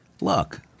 look